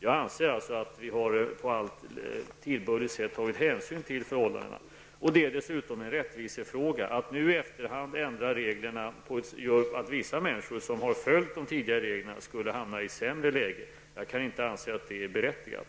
Jag anser alltså att vi på allt tillbörligt sätt har tagit hänsyn till förhållandena. Dessutom är det här en rättvisefråga. Att nu i efterhand ändra reglerna gör att vissa människor som har följt de tidigare reglerna skulle hamna i ett sämre läge. Jag kan inte anse att det är berättigat.